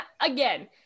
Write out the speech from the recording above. again